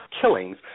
killings